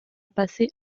passé